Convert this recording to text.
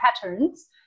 patterns